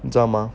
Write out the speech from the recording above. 你知道吗